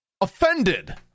offended